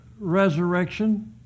resurrection